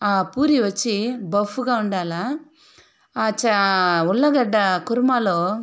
ఆ పూరి వచ్చి బప్ఫుగా ఉండాల ఆ చ ఉల్లిగడ్డ కుర్మాలో